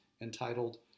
entitled